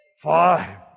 Five